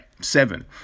seven